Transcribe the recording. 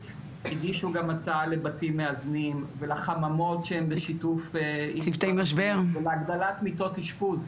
הגישו גם הצעה לבתים מאזנים ולחממות שהם בשיתוף ולהגדלת מיטות אשפוז,